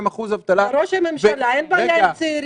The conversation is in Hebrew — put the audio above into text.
--- לראש הממשלה אין בעיה עם צעירים,